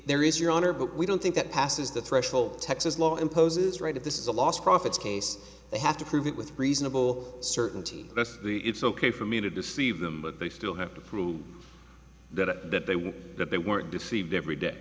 there is your honor but we don't think that passes the threshold texas law imposes right if this is a lost profits case they have to prove it with reasonable certainty that it's ok for me to deceive them but they still have to prove that they were that they weren't deceived every day